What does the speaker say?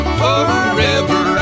forever